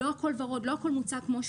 לא הכול ורוד, לא הכול מוצג כמו שהוא.